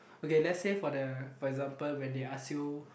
okay let's say for the for example when they ask you